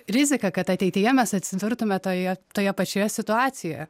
rizika kad ateityje mes atsidurtume toje toje pačioje situacijoje